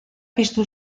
piztu